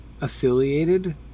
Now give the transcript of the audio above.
affiliated